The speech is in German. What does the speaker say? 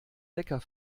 lecker